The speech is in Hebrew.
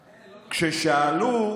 כששאלו: